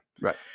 Right